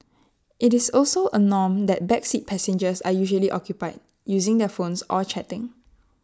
IT is also A norm that back seat passengers are usually occupied using their phones or chatting